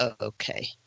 Okay